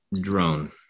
drone